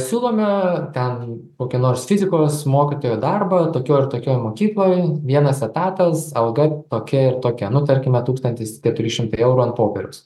siūlome ten kokį nors fizikos mokytojo darbą tokioj ir tokioj mokykloje vienas etatas alga tokia ir tokia nu tarkime tūkdtantis keturi šimtai eurų ant popieriaus